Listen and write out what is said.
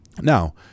Now